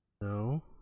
No